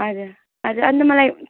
हजुर हजुर अनि त मलाई